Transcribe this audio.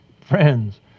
friends